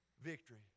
victory